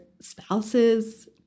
spouses